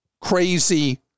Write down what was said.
crazy